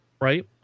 right